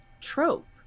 trope